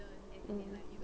mm